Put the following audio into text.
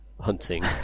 hunting